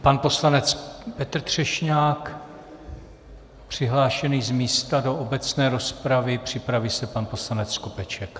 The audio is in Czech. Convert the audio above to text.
Pan poslanec Petr Třešňák přihlášený z místa do obecné rozpravy, připraví se pan poslanec Skopeček.